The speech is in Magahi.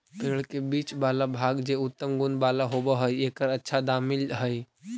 पेड़ के बीच वाला भाग जे उत्तम गुण वाला होवऽ हई, एकर अच्छा दाम मिलऽ हई